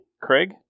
Craig